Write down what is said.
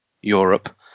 Europe